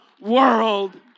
world